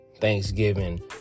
Thanksgiving